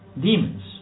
demons